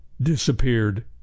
disappeared